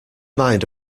mind